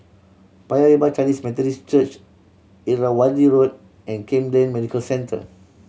Paya Lebar Chinese Methodist Church Irrawaddy Road and Camden Medical Centre